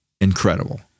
incredible